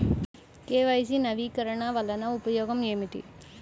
KYC నవీకరణ వలన ఉపయోగం ఏమిటీ?